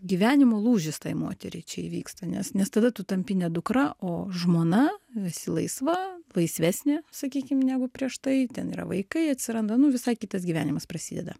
gyvenimo lūžis tai moteriai čia įvyksta nes nes tada tu tampi ne dukra o žmona esi laisva laisvesnė sakykim negu prieš tai ten yra vaikai atsiranda nu visai kitas gyvenimas prasideda